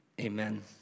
Amen